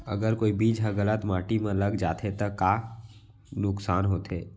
अगर कोई बीज ह गलत माटी म लग जाथे त का नुकसान होथे?